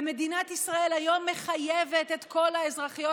ומדינת ישראל היום מחייבת את כל האזרחיות